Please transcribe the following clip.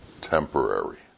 temporary